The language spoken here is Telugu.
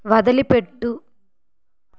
వదిలిపెట్టు